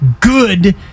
good